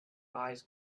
eyes